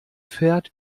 fährt